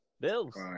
Bills